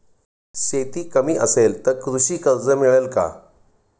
शेती कमी असेल तर कृषी कर्ज मिळेल का?